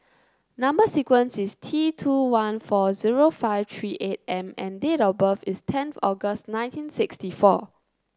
number sequence is T two one four zero five three eight M and date of birth is tenth August nineteen sixty four